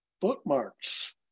bookmarks